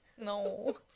No